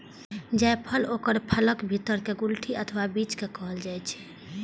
जायफल ओकर फलक भीतर के गुठली अथवा बीज कें कहल जाइ छै